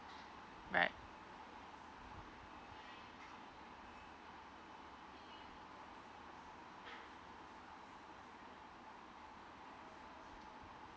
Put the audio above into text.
right